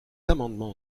amendement